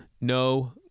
No